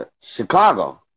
Chicago